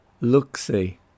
look-see